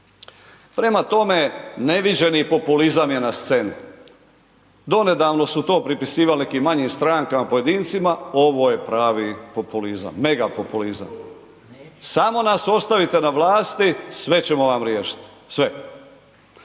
Prema tome, neviđeni populizam je na sceni. Donedavno su to pripisivali nekim manjim strankama, pojedincima, ovo je pravi populizam, mega populizam. Samo nas ostavite na vlasti sve ćemo vam riješiti. Sve.